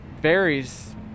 varies